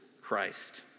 Christ